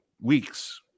weeks